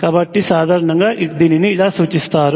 కాబట్టి సాధారణంగా దీనిని ఇలా సూచిస్తారు